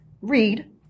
Read